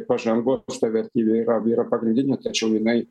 pažangos ta vertybė yra yra pagrindinė tačiau jinai